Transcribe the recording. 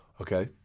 Okay